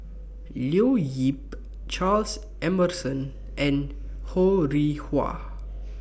Leo Yip Charles Emmerson and Ho Rih Hwa